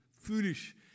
foolish